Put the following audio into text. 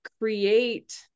create